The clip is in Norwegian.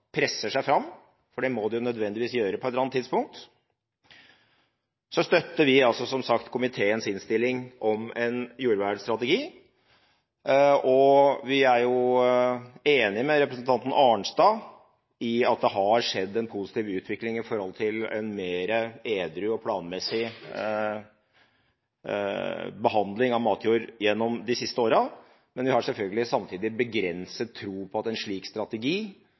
presser seg fram – for det må det nødvendigvis gjøre på et eller annet tidspunkt – støtter vi som sagt komiteens innstilling om en jordvernstrategi. Vi er enig med representanten Arnstad i at det har skjedd en positiv utvikling ved at det har vært en mer edru og planmessig behandling av matjord gjennom de siste årene. Samtidig har vi begrenset tro på at en slik strategi